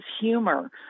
humor